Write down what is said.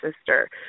sister